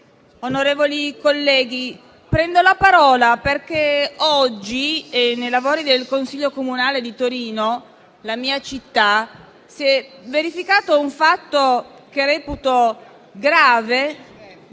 onorevoli colleghi, prendo la parola perché oggi nei lavori del Consiglio comunale di Torino, la mia città, si è verificato un fatto che reputo grave